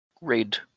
Red